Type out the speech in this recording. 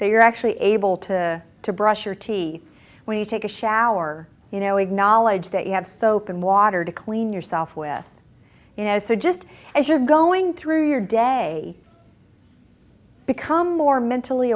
are actually able to to brush your teeth when you take a shower you know acknowledge that you have soap and water to clean yourself with you know so just as you're going through your day become more mentally